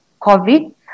COVID